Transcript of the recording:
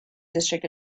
district